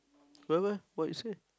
w~ w~ what you say